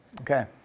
Okay